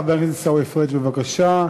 חבר הכנסת עיסאווי פריג', בבקשה.